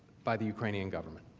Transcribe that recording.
by the ukrainian government.